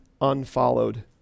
unfollowed